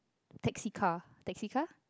taxi car taxi car